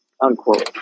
Unquote